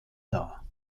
dar